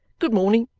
good morning